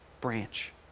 branch